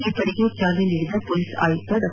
ಈ ಪಡೆಗೆ ಚಾಲನೆ ನೀಡಿದ ಪೊಲೀಸ್ ಆಯುಕ್ತ ಡಾ